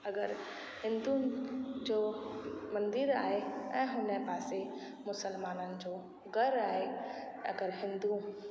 अगरि हिंदू जो मंदरु आहे ऐं हुननि पासे मुस्लमाननि जो घरु आहे अगरि हिंदू